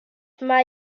mae